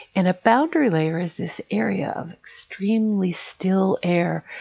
and a boundary layer is this area of extremely still air,